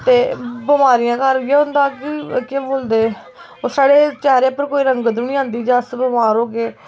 ते बमारियें दा घर इ'यै होंदा कि केह् बोलदे ओह् साढ़े चेह्रे पर कोई रंगत बी नी आंदी ऐ जे अस बमार होगे